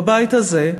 בבית הזה,